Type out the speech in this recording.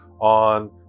on